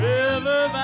River